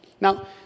Now